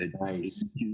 Nice